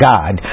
God